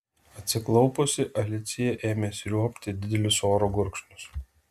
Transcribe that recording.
atsiklaupusi alicija ėmė sriuobti didelius oro gurkšnius